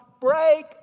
break